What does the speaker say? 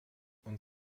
und